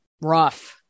rough